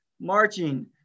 marching